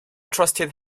trusted